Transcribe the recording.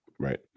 Right